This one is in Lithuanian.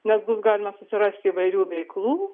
nes bus galima susirasti įvairių veiklų